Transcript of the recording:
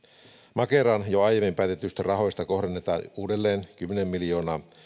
makeran jo aiemmin päätetyistä rahoista kohdennetaan uudelleen kymmenen miljoonaa